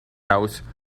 house